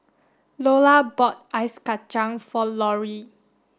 Lola bought ice kachang for Laurie